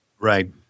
Right